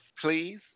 Please